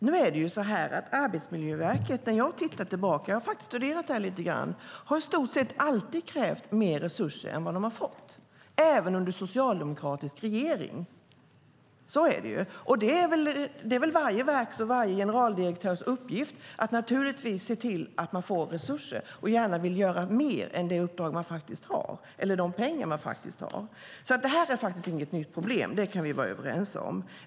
Herr talman! När jag tittar tillbaka - jag har faktiskt studerat det här lite grann - ser jag att Arbetsmiljöverket i stort sett alltid har krävt mer resurser än de har fått, även under socialdemokratisk regering. Så är det ju. Det är väl varje verks och varje generaldirektörs uppgift att se till att man får resurser, och naturligtvis vill man gärna göra mer än vad som ryms inom de pengar man faktiskt har. Det är alltså inget nytt problem; det kan vi vara överens om.